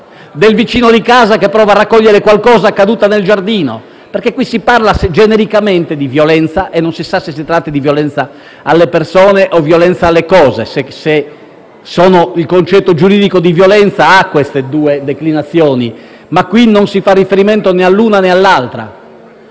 del vicino di casa che prova a raccogliere qualcosa che è caduto nel giardino. Qui si parla genericamente di violenza e non si sa se sia rivolta alle persone o alle cose: il concetto giuridico di violenza ha queste due declinazioni, ma qui non si fa riferimento né all'una né all'altra.